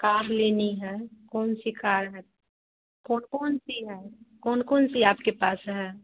car लेनी है कौन सी कार है कौन कौन सी है कौन कौन सी आपके पास है